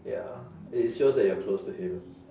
ya it shows that you're close to him